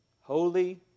Holy